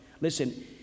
Listen